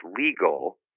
legal